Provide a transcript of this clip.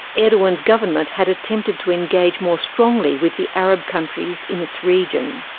erdogan's government had attempted to engage more strongly with the arab countries in its region.